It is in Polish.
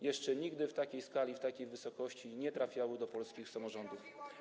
Jeszcze nigdy w takiej skali i w takiej wysokości nie trafiały one do polskich samorządów.